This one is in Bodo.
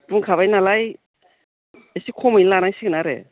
बुंखाबाय नालाय एसे खमैनो लानांसिगोन आरो